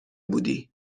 بودی